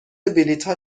بلیتها